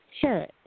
Sure